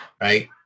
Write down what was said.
right